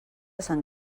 sant